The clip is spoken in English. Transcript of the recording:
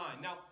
Now